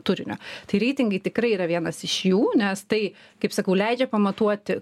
turinio tai reitingai tikrai yra vienas iš jų nes tai kaip sakau leidžia pamatuoti